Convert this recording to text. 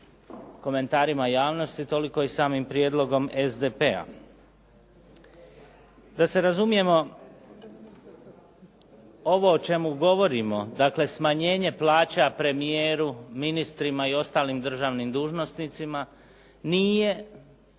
komentarima javnosti, toliko i samim prijedlogom SDP-a. Da se razumijemo, ovo o čemu govorimo, dakle smanjenje plaća premijeru, ministrima i ostalim državnim dužnosnicima nije,